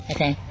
Okay